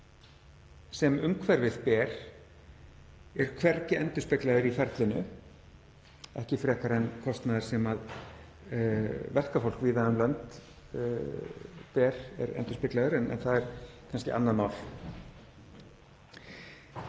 sem umhverfið ber er hvergi endurspeglaður í ferlinu, ekki frekar en kostnaður sem verkafólk víða um lönd ber er endurspeglaður en það er kannski annað mál.